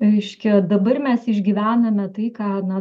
reiškia dabar mes išgyvename tai ką na